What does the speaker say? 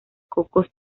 cocos